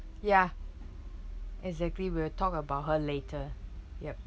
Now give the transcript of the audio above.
ya exactly we will talk about her later yup